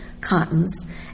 cottons